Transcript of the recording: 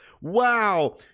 Wow